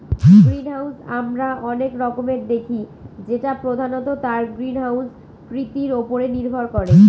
greenhouse আমরা অনেক রকমের দেখি যেটা প্রধানত তার গ্রিনহাউস কৃতির উপরে নির্ভর করে